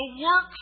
work